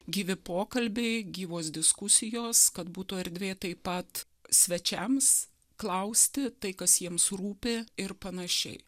gyvi pokalbiai gyvos diskusijos kad būtų erdvė taip pat svečiams klausti tai kas jiems rūpi ir panašiai